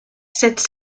cette